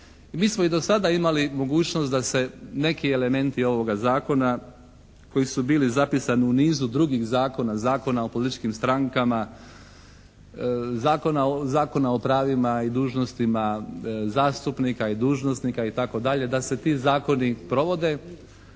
mi smo i do sada imali mogućnost da se neki elementi ovoga Zakona koji su bili zapisani u nizu drugih zakona, Zakona o političkim strankama, Zakona o pravima i dužnostima zastupnika i dužnosnika itd. da se ti zakoni provode.